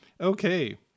okay